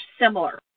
similar